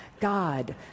God